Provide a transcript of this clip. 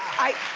i,